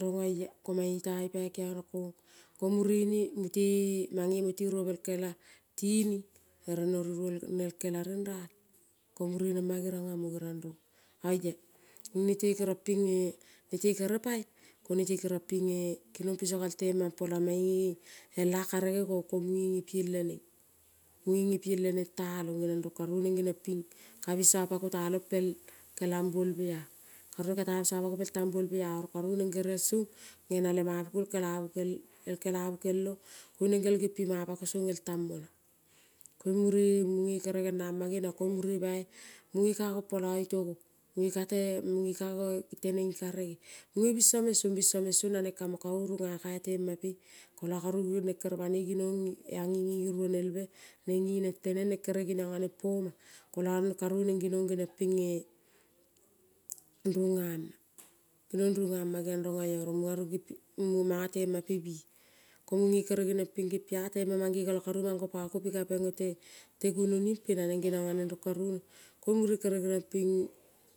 rong oea ko mange teaai ipai kiono kong mure munge mange moti ruobel kela tining ere no ninionel ning ral ko mure nengma mo rong oia nete keniong ping nete kere poi, ko nete kenong pinge kinong piso gal temampo lamong mange elea karege kong ko munge ngepieng lene, munge nge pieng lenegtea long rong karu neng geniong ping kaneng ka tea binso pako pel kelangbuolmbea, karu katea biso pako pelteimbuolmbea. Kanueng gerel song ngena lema puko pel kelabul kel ong koing neng gerel gempi mai pako song el tambuol, koing mure munge kere ngenama ngeniong, koing mure boi mure ka gompolo itogo munge keteneng i karege munge binso meng song naneng kamong karo ningea temampe i kolo robu neng kere banoi ginong eangenge ngi ruonel be ngeneng teneng neng kere ngeniongea neng pama koio no karu neng ginong geniongpea rungeama. Ginong runga ma kong oea munga rong gempi temampe bi. Ko munge geniong pinge ngempiea tema mango poko pikapeng ok gunonimpe, naneng ngeniongea neng rong karu mure kere geniong ping.